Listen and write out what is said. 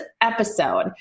episode